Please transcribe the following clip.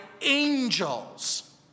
angels